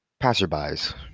passerbys